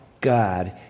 God